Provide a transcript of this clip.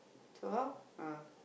so how ah